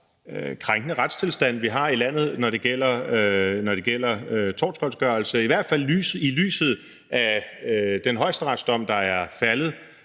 krænkende retstilstand, vi har i landet, når det gælder tortgodtgørelse, i hvert fald i lyset af den højesteretsdom, der er faldet